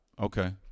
Okay